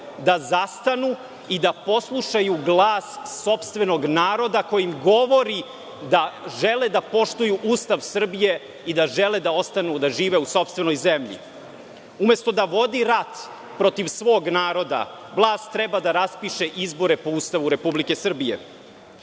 da zastanu i da poslušaju glas sopstvenog naroda koji im govori da žele da poštuju Ustav Srbije i da žele da ostanu da žive u sopstvenoj zemlji. Umesto da vodi rat protiv svog narodna, vlast treba da raspiše izbore po Ustavu Republike Srbije. Sutra